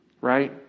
right